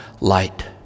light